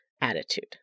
attitude